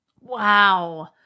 wow